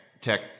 tech